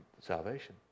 salvation